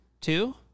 Two